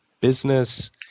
business